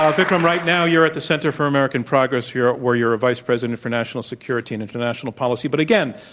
um vikram, right now you're at the center for american progress here, where you're a vice president for national security and international policy. but again,